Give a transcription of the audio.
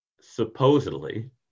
supposedly